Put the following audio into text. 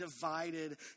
divided